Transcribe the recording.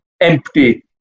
empty